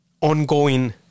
ongoing